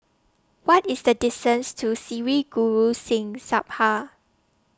What IS The distance to Sri Guru Singh Sabha